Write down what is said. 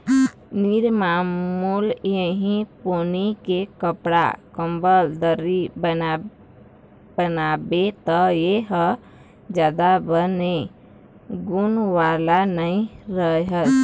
निरमामुल इहीं पोनी के कपड़ा, कंबल, दरी बनाबे त ए ह जादा बने गुन वाला नइ रहय